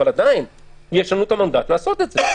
אבל עדיין יש לנו את המנדט לעשות את זה.